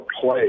play